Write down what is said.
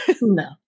No